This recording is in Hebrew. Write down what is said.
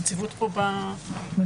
אני